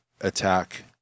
attack